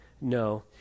no